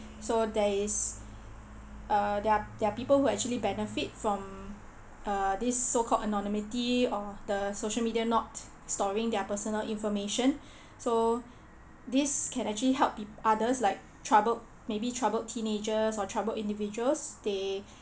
so there is uh there're there're people who actually benefit from uh this so called anonymity on the social media not storing their personal information so this can actually help pe~ others like troubled maybe troubled teenagers or troubled individuals they